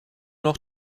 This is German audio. noch